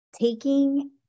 taking